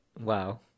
wow